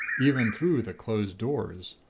even through the closed doors.